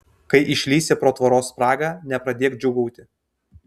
kai išlįsi pro tvoros spragą nepradėk džiūgauti